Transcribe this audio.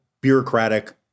bureaucratic